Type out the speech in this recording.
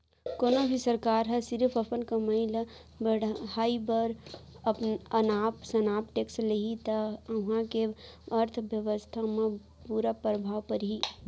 कोनो भी सरकार ह सिरिफ अपन कमई ल बड़हाए बर अनाप सनाप टेक्स लेहि त उहां के अर्थबेवस्था म बुरा परभाव परही